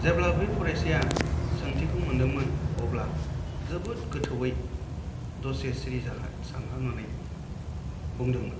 जेब्ला बे फरायसाया सोंथिखौ मोनदोंमोन अब्ला जोबोद गोथौयै दसे सिरि जाहाद सानहाबनानै बुंदोंमोन